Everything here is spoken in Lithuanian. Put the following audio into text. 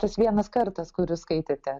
tas vienas kartas kur jūs skaitėte